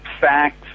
facts